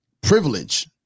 privilege